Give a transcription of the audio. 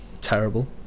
terrible